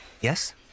Yes